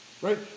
Right